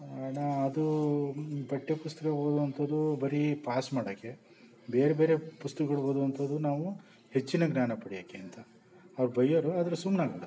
ಅಣ್ಣಾ ಅದು ಪಠ್ಯ ಪುಸ್ತಕ ಓದುವಂಥದ್ದು ಬರೀ ಪಾಸ್ ಮಾಡೋಕ್ಕೆ ಬೇರೆಬೇರೆ ಪುಸ್ತಕಗಳು ಓದುವಂಥದ್ದು ನಾವು ಹೆಚ್ಚಿನ ಜ್ಞಾನ ಪಡೆಯೋಕೆ ಅಂತ ಅವ್ರ ಬಯ್ಯೋರು ಆದರೆ ಸುಮ್ನಾಗಿಬಿಡೋರ್